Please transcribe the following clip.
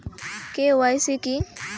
KYC কী?